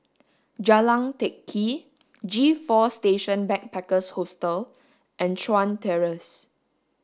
Jalan Teck Kee G four Station Backpackers Hostel and Chuan Terrace